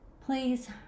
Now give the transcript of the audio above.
Please